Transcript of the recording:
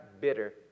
bitter